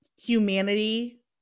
humanity